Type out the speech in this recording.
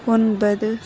ஒன்பது